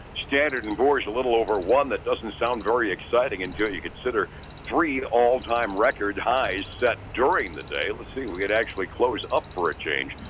standard and poor's a little over one. that doesn't sound very exciting until you consider three all-time record highs set during the day. let's see, we could actually close up for a change.